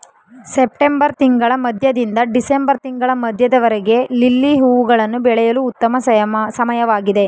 September ತಿಂಗಳ ಮಧ್ಯದಿಂದ December ತಿಂಗಳ ಮಧ್ಯದವರೆಗೆ ಲಿಲ್ಲಿ ಹೂವುಗಳನ್ನು ಬೆಳೆಯಲು ಉತ್ತಮ ಸಮಯವಾಗಿದೆ